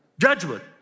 Judgment